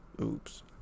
oops